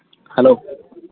hello